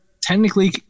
technically